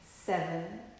seven